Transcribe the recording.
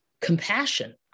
compassion